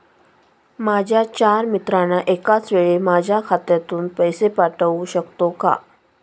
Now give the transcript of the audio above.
माझ्या चार मित्रांना एकाचवेळी माझ्या खात्यातून पैसे पाठवू शकतो का?